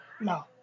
No